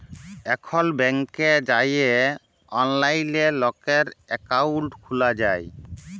এখল ব্যাংকে যাঁয়ে অললাইলে লকের একাউল্ট খ্যুলা যায়